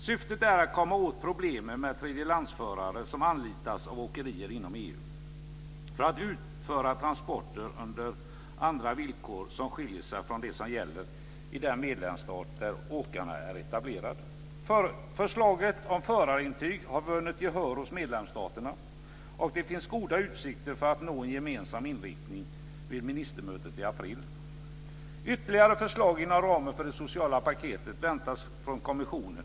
Syftet är att komma åt problemen med tredjelandsförare som anlitas av åkerier inom EU för att utföra transporter under villkor som skiljer sig från dem som gäller i den medlemsstat där åkaren är etablerad. Förslaget om förarintyg har vunnit gehör hos medlemsstaterna, och det finns goda utsikter för att nå en gemensam inriktning vid ministermötet i april. Ytterligare förslag inom ramen för det sociala paketet väntas från kommissionen.